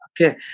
Okay